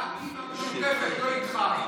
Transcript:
הצבעתי עם המשותפת, לא איתך.